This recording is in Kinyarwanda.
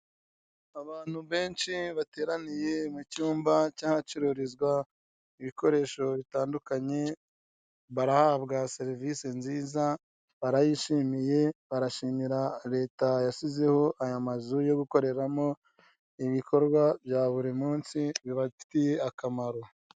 Abantu benshi bateraniye mu cyumba cyo ahacururizwa ibikoresho bitandukanye, barahabwa serivise nziza, barayishimiye, barashimira leta yashyizeho aya mazu yo gukoreramo ibikorwa bya buri munsi bibafitiye akamaro.